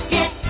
Get